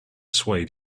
swayed